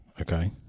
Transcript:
okay